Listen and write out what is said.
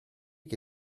che